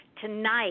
tonight